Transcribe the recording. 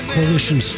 Coalition